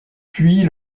puis